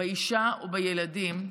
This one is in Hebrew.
באישה ובילדים,